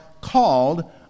called